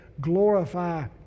glorify